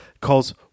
calls